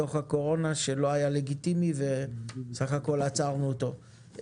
בתוך הקורונה שלא היה לגיטימי וסך הכל עצרנו אותו.